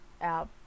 app